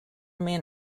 man